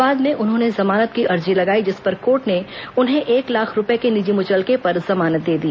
बाद में उन्होंने जमानत की अर्जी लगाई जिस पर कोर्ट ने उन्हें एक लाख रूपए के निजी मुचलके पर जमानत दे दी